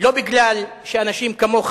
לא בגלל שאנשים כמוך